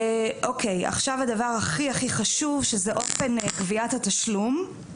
עכשיו הדבר הכי חשוב, שזה אופן גביית התשלום.